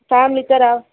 ఫ్యామిలీతో రా